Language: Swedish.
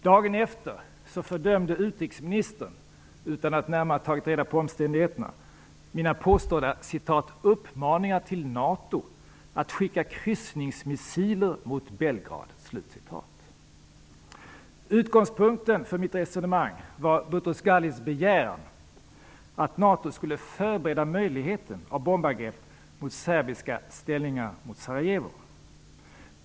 Dagen efter fördömde utrikesministern, utan att närmare ha tagit reda på omständigheterna, mina påstådda uppmaningar till NATO att skicka kryssningsmissiler mot Belgrad. Utgångspunkten för mitt resonemang var Boutros Ghalis begäran att NATO skulle förbereda möjligheten till bombangrepp mot serbiska ställningar i Sarajevo.